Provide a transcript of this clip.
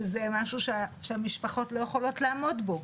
שזה משהו שהמשפחות לא יכולות לעמוד בו.